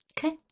Okay